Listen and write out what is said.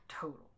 total